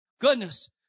goodness